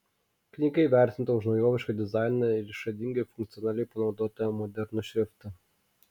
knyga įvertinta už naujovišką dizainą išradingai ir funkcionaliai panaudotą modernų šriftą